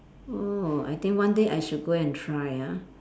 oh I think one day I should go and try ah